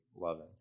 loving